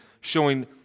showing